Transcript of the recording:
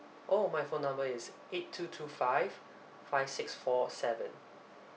oh my phone number is eight two two five five six four seven